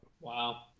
Wow